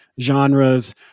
genres